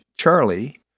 Charlie